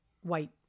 white